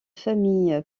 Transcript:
famille